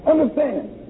Understand